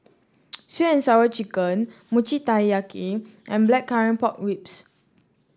sweet and Sour Chicken Mochi Taiyaki and Blackcurrant Pork Ribs